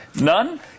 None